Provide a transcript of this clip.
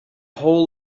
whole